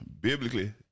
biblically